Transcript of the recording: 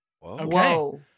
Whoa